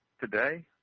Today